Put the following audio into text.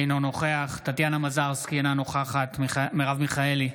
אינו נוכח טטיאנה מזרסקי, אינה נוכחת מרב מיכאלי,